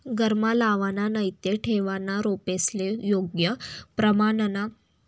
घरमा लावाना नैते ठेवना रोपेस्ले योग्य प्रमाणमा तापमान, माटीना वल्लावा, आणि सूर्यप्रकाश लागस